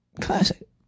classic